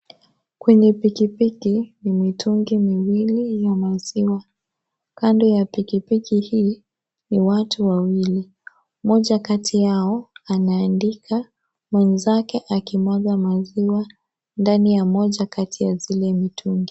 Kwenye pikipiki, ni mitungi miwili ya maziwa. Kando ya pikipiki hii, ni watu wawili. Mmoja kati yao anaandika, mwenzake akimwaga maziwa ndani ya moja kati ya zile mitungi.